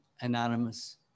anonymous